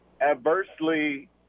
adversely